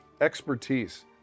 expertise